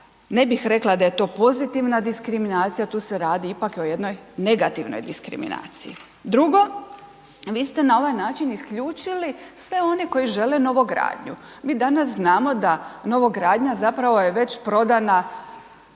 ne bih rekla da je to pozitivna diskriminacija, tu se radi ipak o jednoj negativnoj diskriminaciji. Drugo, vi ste na ovaj način isključili sve one koji žele novogradnju. Mi danas znamo da novogradnja zapravo je već prodana